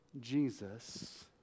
Jesus